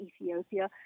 Ethiopia